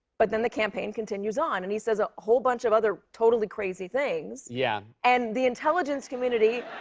but then, the campaign continues on, and he says a whole bunch of other totally crazy things. yeah. and the intelligence community.